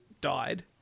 died